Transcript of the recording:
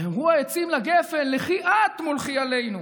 ויאמרו העצים לגפן לכי את מלכי עלינו.